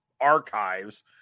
archives